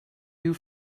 you